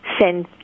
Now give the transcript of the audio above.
send